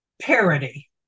parody